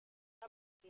सभकिछुके